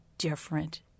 Different